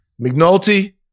McNulty